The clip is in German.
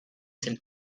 sind